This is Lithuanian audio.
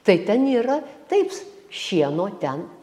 tai ten yra taip s šieno ten